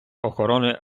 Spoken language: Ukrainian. охорони